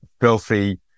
filthy